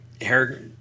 hair